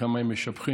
כמה הם משבחים,